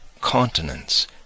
continents